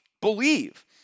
believe